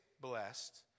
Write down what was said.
blessed